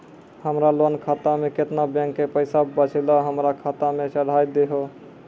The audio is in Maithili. हमरा लोन खाता मे केतना बैंक के पैसा बचलै हमरा खाता मे चढ़ाय दिहो?